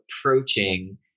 approaching